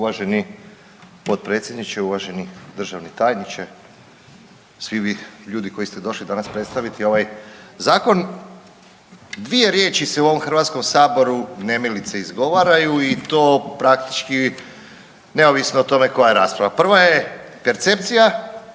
uvaženi potpredsjedniče, uvaženi državni tajniče i svi vi ljudi koji ste došli danas predstaviti ovaj zakon. Dvije riječi se u ovom HS nemilice izgovaraju i to praktički neovisno o tome koja je rasprava. Prva je „percepcija“,